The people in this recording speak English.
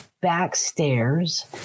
Backstairs